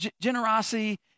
generosity